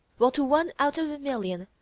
while to one out of a million,